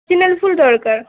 জিনাল ফুল দরকার